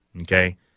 Okay